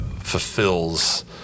fulfills